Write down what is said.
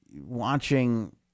watching